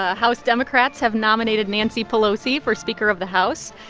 ah house democrats have nominated nancy pelosi for speaker of the house,